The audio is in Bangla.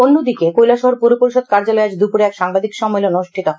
অন্যদিকে কৈলাসহর পুর পরিষদ কার্যালয়ে আজ দুপুরে এক সাংবাদিক সম্মেলন অনুষ্ঠিত হয়